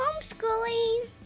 homeschooling